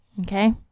okay